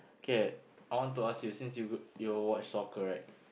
okay I want to ask you since you you watch soccer right